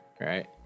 right